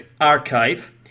archive